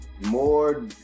more